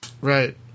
Right